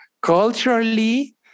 culturally